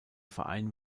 verein